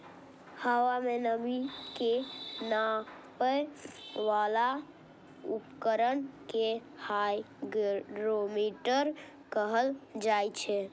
हवा के नमी के नापै बला उपकरण कें हाइग्रोमीटर कहल जाइ छै